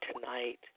tonight